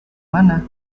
mana